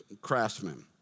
craftsmen